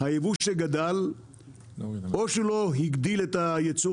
הייבוא שגדל או שהוא לא הגדיל את הייצור